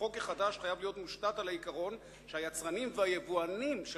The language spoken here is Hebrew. החוק החדש חייב להיות מושתת על העיקרון שהיצרנים והיבואנים של